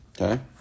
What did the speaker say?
Okay